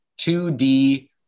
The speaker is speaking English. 2D